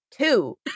Two